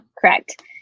correct